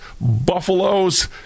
buffaloes